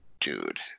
dude